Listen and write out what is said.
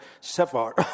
Sephar